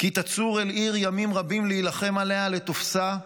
"כי תצור אל עיר ימים להלחם עליה לתפשָׂה